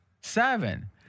Seven